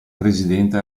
presidente